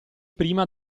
prima